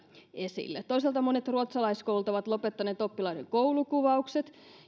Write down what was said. esille toisaalta monet ruotsalaiskoulut ovat lopettaneet oppilaiden koulukuvaukset